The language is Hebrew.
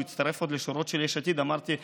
כשהוא הצטרף לשורות של יש עתיד וראיתי